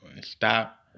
stop